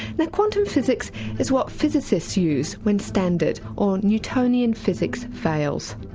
now quantum physics is what physicists use when standard, or newtonian physics fails.